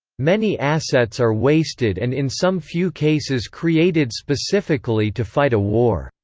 many assets are wasted and in some few cases created specifically to fight a war.